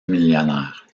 millionnaire